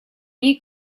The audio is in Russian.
ней